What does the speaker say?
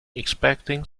expecting